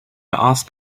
asked